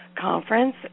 conference